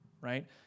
right